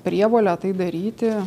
prievolę tai daryti